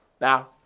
Now